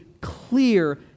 clear